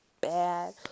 bad